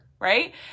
right